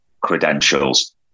credentials